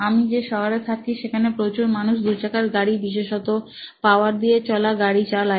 আমি যে শহরে থাকি সেখানে প্রচুর মানুষ দুচাকার গাড়ি বিশেষত পাওয়ার দিয়ে চলা গাড়ি চালায়